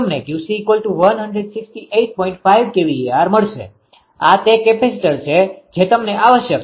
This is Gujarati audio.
5 kVAr મળશે આ તે કેપેસિટર છે જે તમને આવશ્યક છે